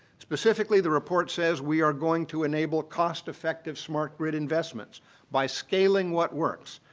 specifically the report says we are going to enable cost-effective smart grid investments by scaling what works,